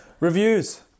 Reviews